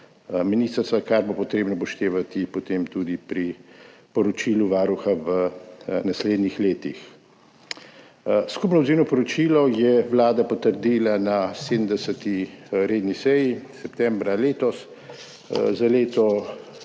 ministrstva, kar bo treba upoštevati potem tudi pri poročilu Varuha v naslednjih letih. Skupno odzivno poročilo je Vlada potrdila na 70. redni seji septembra letos. Za leto